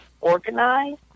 organize